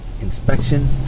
inspection